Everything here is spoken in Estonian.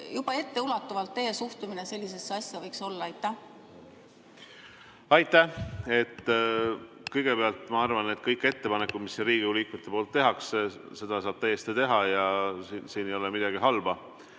juba etteulatuvalt teie suhtumine sellisesse asja võiks olla? Aitäh! Kõigepealt, ma arvan, et kõik ettepanekud, mis Riigikogu liikmed teevad – neid saab täiesti teha ja selles ei ole midagi halba.